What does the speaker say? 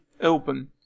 open